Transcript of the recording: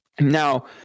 Now